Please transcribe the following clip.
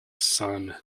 son